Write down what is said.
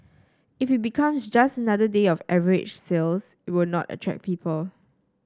if it becomes just another day of average sales it will not attract people